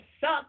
suck